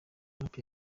trump